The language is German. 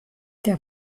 der